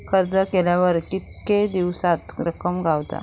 अर्ज केल्यार कीतके दिवसात रक्कम गावता?